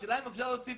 השאלה אם אפשר להוסיף,